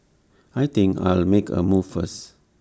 I think I'll make A move first